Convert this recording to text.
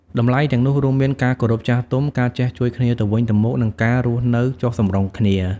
តម្លៃទាំងនោះរួមមាន ការគោរពចាស់ទុំ ការចេះជួយគ្នាទៅវិញទៅមក និងការរស់នៅចុះសម្រុងគ្នា។